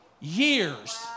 Years